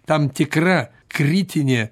tam tikra kritinė